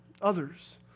others